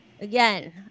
Again